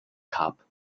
cup